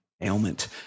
ailment